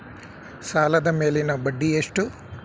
ಸಾಲದ ಮೇಲಿನ ಬಡ್ಡಿ ಎಷ್ಟು?